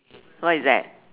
what is that